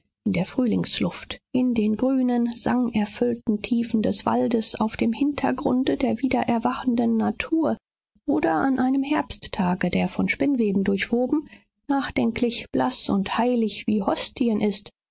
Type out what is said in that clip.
in der frühlingsluft in den grünen sangerfüllten tiefen des waldes auf dem hintergrunde der wiedererwachenden natur oder an einem herbsttage der von spinnweben durchwoben nachdenklich blaß und heilig wie hostien ist